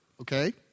okay